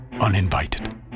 uninvited